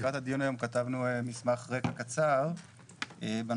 לקראת הדיון היום כתבנו מסמך רקע קצר בנושא